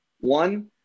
One